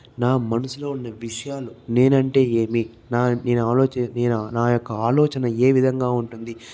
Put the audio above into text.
నా మనసులో ఉండే విషయాలు నేనంటే ఏమి నా నేను ఆలోచిం నేను నా యొక్క ఆలోచన ఏ విధంగా ఉంటుంది